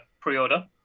pre-order